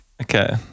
Okay